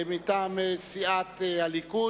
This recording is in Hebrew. מטעם סיעת הליכוד.